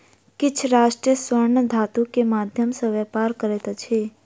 किछ राष्ट्र स्वर्ण धातु के माध्यम सॅ व्यापार करैत अछि